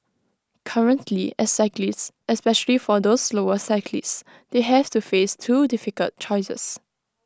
currently as cyclists especially for those slower cyclists they have to face two difficult choices